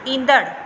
ईंदड़